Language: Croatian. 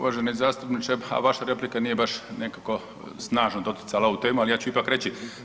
Uvaženi zastupniče, vaša replika nije baš nekako snažno doticala ovu temu, ali ja ću ipak reći.